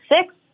six